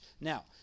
Now